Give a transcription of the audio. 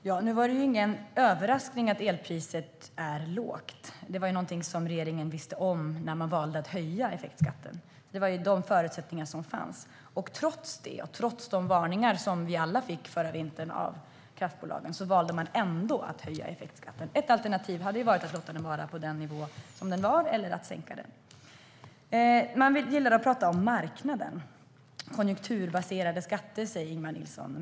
Herr talman! Det är ingen överraskning att elpriset är lågt. Det visste regeringen om när man valde att höja effektskatten; det var de förutsättningarna som fanns. Trots det och trots de varningar vi alla fick av kraftbolagen förra vintern valde man ändå att höja effektskatten. Ett alternativ hade varit att låta den vara på den nivå som den var eller att sänka den. Man gillar att prata om marknaden. Ingemar Nilsson pratar om konjunkturbaserade skatter.